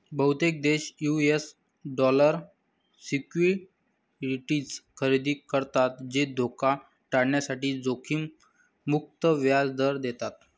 बहुतेक देश US dollar securities खरेदी करतात जे धोका टाळण्यासाठी जोखीम मुक्त व्याज दर देतात